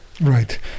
right